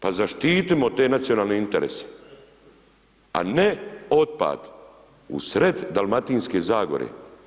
Pa zaštitimo te nacionalne interese, a ne otpad u sred Dalmatinske Zagore.